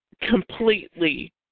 completely